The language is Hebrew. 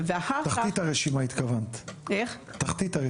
לתחתית הרשימה מבחינתם,